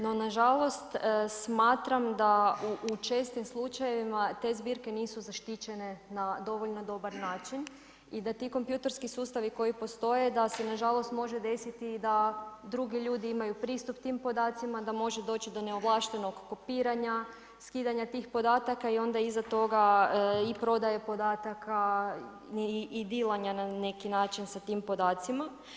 No, na žalost, smatram da u čestim slučajevima te zbirke nisu zaštićene na dovoljno dobar način i da ti kompjutorski sustavi koji postoje da se nažalost može desiti da drugi ljudi imaju pristup tim podacima, da može doći do neovlaštenog kopiranja, skidanja tih podataka i onda iza toga i prodaje podatka i dilanja na neki način sa tim podacima.